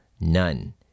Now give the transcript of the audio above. none